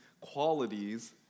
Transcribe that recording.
qualities